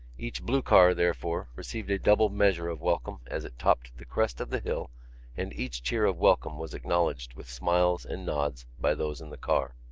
each blue car, therefore, received a double measure of welcome as it topped the crest of the hill and each cheer of welcome was acknowledged with smiles and nods by those in the car.